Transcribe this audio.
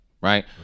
right